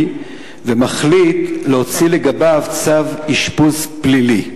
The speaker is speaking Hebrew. ומחליט להוציא לגביו צו אשפוז פלילי.